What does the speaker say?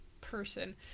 person